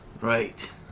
Right